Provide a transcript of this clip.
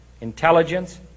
intelligence